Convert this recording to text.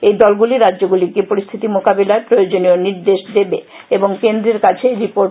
এই দলগুলি রাজ্যগুলিকে পরিস্থিতি মোকাবিলায় প্রয়োজনীয় নির্দেশ দেবে এবং কেন্দ্রের কাছে রিপোর্ট পেশ করবে